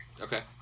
Okay